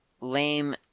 LAME